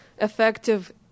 effective